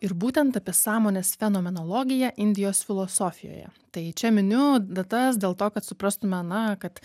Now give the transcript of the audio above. ir būtent apie sąmonės fenomenologiją indijos filosofijoje tai čia miniu datas dėl to kad suprastume na kad